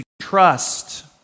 trust